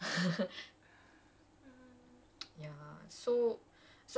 ya like ugh ah ya he is singing okay nice great